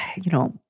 you know,